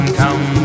come